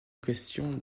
question